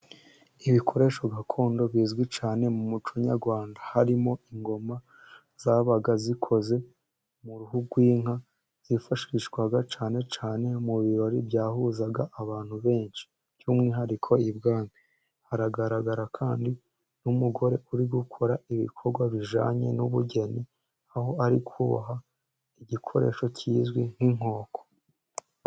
Ibikoresho gakondo bizwi cyane mu muco nyarwanda harimo ingoma zabaga zikoze mu bihu by'inka. Zifashishwaga cyane cyane mu birori byahuzaga abantu benshi by'umwihariko ibwami, haragaragara kandi n'umugore uri gukora ibikorwa bijyanye n'ubugeni aho ari kuboha igikoresho kizwi nk'inkoko.